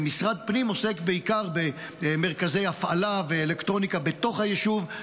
משרד הפנים עוסק בעיקר במרכזי הפעלה ואלקטרוניקה בתוך היישוב,